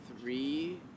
three